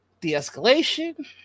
de-escalation